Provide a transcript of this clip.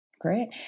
Great